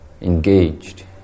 engaged